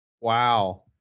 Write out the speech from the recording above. Wow